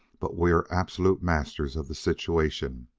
but we are absolute masters of the situation,